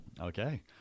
Okay